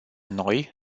noi